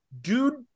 dude